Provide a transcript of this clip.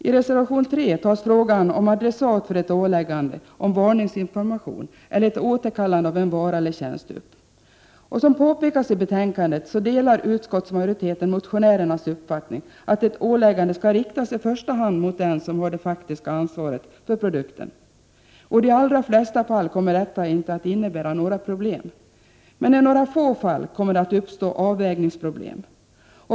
I reservation nr 3 tas frågan om adressat för ett åläggande om varningsinformation eller ett återkallande av en vara eller tjänst upp. Som påpekas i betänkandet delar utskottsmajoriteten motionärernas uppfattning att ett åläggande skall riktas i första hand mot den som har det faktiska ansvaret för produkten. I de allra flesta fall kommer detta inte att innebära några problem. I några få fall kommer det att uppstå avvägningsproblem.